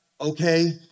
Okay